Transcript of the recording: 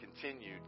continued